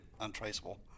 untraceable